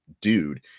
dude